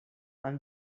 han